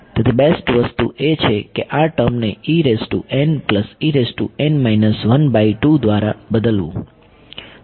તેથી બેસ્ટ વસ્તુ એ છે કે આ ટર્મને દ્વારા બદલવો